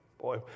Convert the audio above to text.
Boy